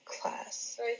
class